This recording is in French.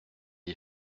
est